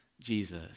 Jesus